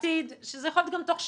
בעתיד, שזה יכול להיות גם תוך שנה.